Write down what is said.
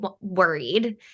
worried